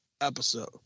episode